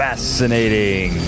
Fascinating